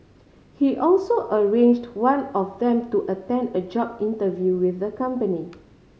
he also arranged one of them to attend a job interview with the company